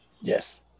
Yes